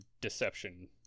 deception